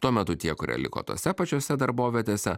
tuo metu tie kurie liko tose pačiose darbovietėse